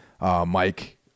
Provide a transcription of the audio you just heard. Mike